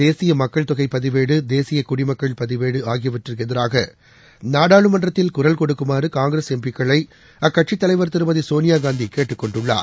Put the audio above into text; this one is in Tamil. தேசியமக்கள் தொகைபதிவேடு தேசியகுடிமக்கள் பதிவேடுஆகியவற்றுக்குஎதிராகநாடாளுமன்றத்தில் குரல் கொடுக்குமாறுகாங்கிரஸ் எம்பிக்களைஅக்கட்சித் தலைவர் திருமதிசோனியாகாந்திகேட்டுக் கொண்டுள்ளார்